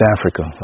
Africa